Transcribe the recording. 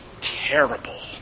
terrible